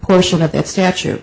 portion of that statue